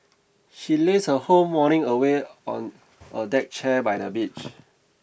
she lazed her whole morning away on a deck chair by the beach